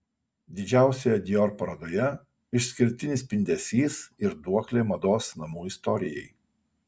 didžiausioje dior parodoje išskirtinis spindesys ir duoklė mados namų istorijai